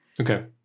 Okay